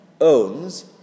owns